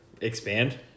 Expand